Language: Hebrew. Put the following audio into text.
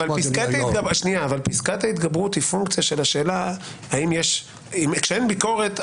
אבל פסקת ההתגברות היא פונקציה של השאלה כשאין ביקורת,